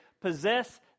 possess